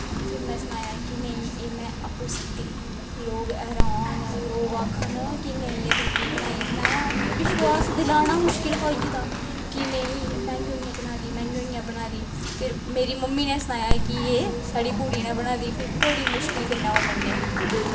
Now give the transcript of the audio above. फिर में सनाया कि नेईं एह् में आपूं सीती लोग हैरान लोग आक्खन कि कि एह् तूं अप्पूं निं बनाई में उ'नें गी बिश्वास दिलाना मुश्किल हा होई गेदा कि नेईं में इ'यां इ'यां बना दी में इ'यां इ'यां बना दी फिर मेरी मम्मी नै सनाया कि एह् मेरी कुड़ी नै बना दी फिर बड़ी मुश्किल कन्नै ओह् मन्ने